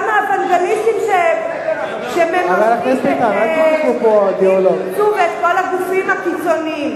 גם האוונגליסטים שמממנים את "אם תרצו" ואת כל הגופים הקיצוניים.